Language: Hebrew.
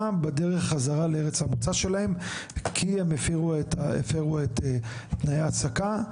בדרך ככה לארץ המוצא כי הם הפרו את תנאי ההעסקה,